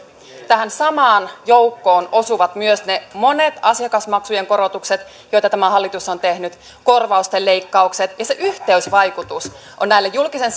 tähän samaan joukkoon osuvat myös ne monet asiakasmaksujen korotukset joita tämä hallitus on tehnyt korvausten leikkaukset ja se yhteysvaikutus on näille julkisen